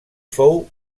fou